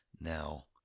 now